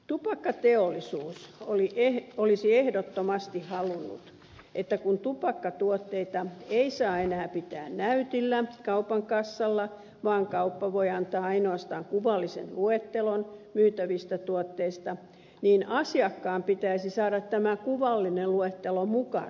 tupakkateollisuus olisi ehdottomasti halunnut että kun tupakkatuotteita ei saa enää pitää näytillä kaupan kassalla vaan kauppa voi antaa ainoastaan kuvallisen luettelon myytävistä tuotteista niin asiakkaan pitäisi saada tämä kuvallinen luettelo mukaansa kotiin